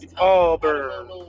Auburn